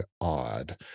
odd